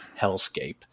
hellscape